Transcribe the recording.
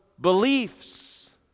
beliefs